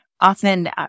often